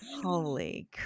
Holy